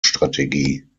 strategie